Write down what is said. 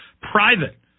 private